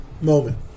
moment